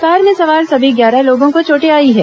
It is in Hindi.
कार में सवार सभी ग्यारह लोगों को चोटें आई हैं